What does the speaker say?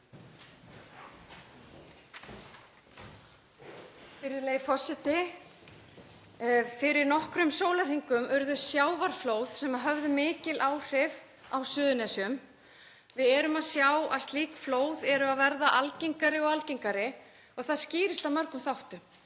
Virðulegi forseti. Fyrir nokkrum sólarhringum urðu sjávarflóð sem höfðu mikil áhrif á Suðurnesjum. Við erum að sjá að slík flóð eru að verða algengari og algengari og það skýrist af mörgum þáttum.